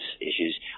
issues